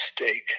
mistake